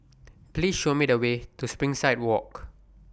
Please Show Me The Way to Springside Walk